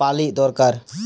পালি দরকার